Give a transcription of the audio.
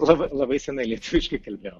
labai labai seniai lietuviškai kalbėjau